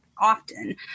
often